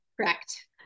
Correct